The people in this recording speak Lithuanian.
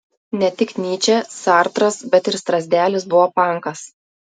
ne tik nyčė sartras bet ir strazdelis buvo pankas